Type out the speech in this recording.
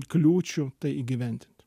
kliūčių tai įgyvendint